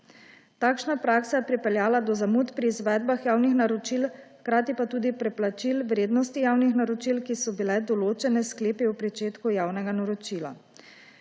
Takšna praksa je pripeljala do zamud pri izvedbah javnih naročil, hkrati pa tudi preplačil vrednosti javnih naročil, ki so bile določene s sklepi o začetku javnega naročila.